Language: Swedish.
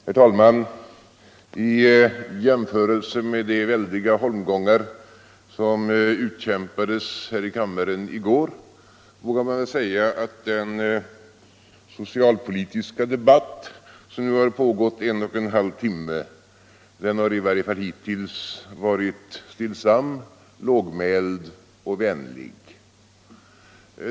Herr talman! I jämförelse med de väldiga holmgångar som utkämpades här i kammaren i går vågar man väl säga att den socialpolitiska debatt som nu pågått en och en halv timme i varje fall hittills har varit stillsam, lågmäld och vänlig.